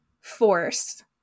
force